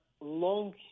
long